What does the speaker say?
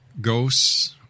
ghosts